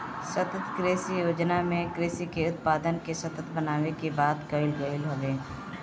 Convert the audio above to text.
सतत कृषि योजना में कृषि के उत्पादन के सतत बनावे के बात कईल गईल हवे